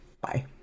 Bye